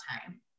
time